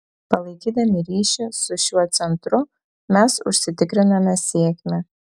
palaikydami ryšį su šiuo centru mes užsitikriname sėkmę